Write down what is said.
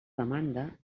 demanda